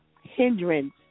hindrance